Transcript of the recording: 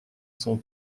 son